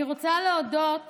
אני רוצה להודות